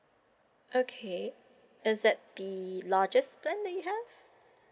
okay is that be largest plan that you have